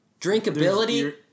Drinkability